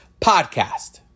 podcast